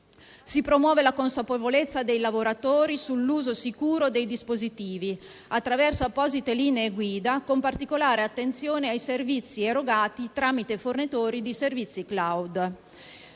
Si promuove la consapevolezza dei lavoratori sull'uso sicuro dei dispositivi attraverso apposite linee guida, con particolare attenzione ai servizi erogati tramite fornitori di servizi *cloud*.